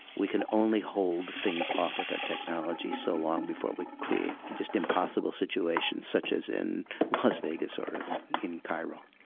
we can only hold things off with our technology so long before we create just impossible situations such as in las vegas or and in cairo.